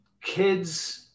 kids